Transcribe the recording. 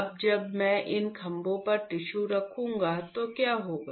अब जब मैं इन खंभों पर टिश्यू रखूंगा तो क्या होगा